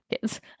kids